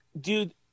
dude